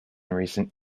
recent